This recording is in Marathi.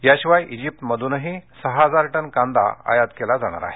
याशिवाय इजिप्तमधूनही सहा हजार टन कांदा आयात केला जाणार आहे